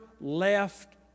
left